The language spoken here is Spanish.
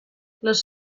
los